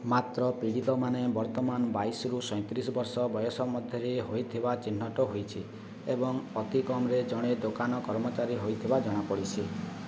ମାତ୍ର ପୀଡ଼ିତମାନେ ବର୍ତ୍ତମାନ ବାଇଶିରୁ ସଇଁତିରିଶି ବର୍ଷ ବୟସ ମଧ୍ୟରେ ହୋଇଥିବା ଚିହ୍ନଟ ହୋଇଛି ଏବଂ ଅତି କମ୍ରେ ଜଣେ ଦୋକାନ କର୍ମଚାରୀ ହୋଇଥିବା ଜଣାପଡ଼ିଛି